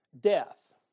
death